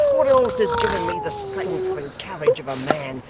what else has given me the strength and courage of a man,